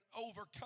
overcome